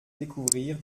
découvrir